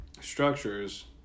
structures